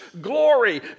glory